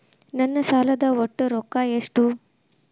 ನನ್ನ ಸಾಲದ ಒಟ್ಟ ರೊಕ್ಕ ಎಷ್ಟು?